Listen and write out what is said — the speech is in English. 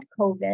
COVID